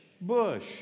bush